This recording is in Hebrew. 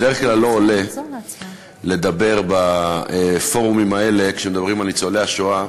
בדרך כלל לא עולה לדבר בפורומים האלה כשמדברים על ניצולי השואה,